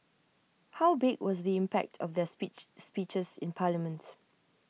how big was the impact of their speech speeches in parliament